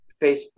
Facebook